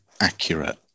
accurate